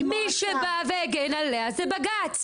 מי שבא והגן עליה זה בג"צ,